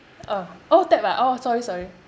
orh oh tap ah orh sorry sorry